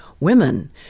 women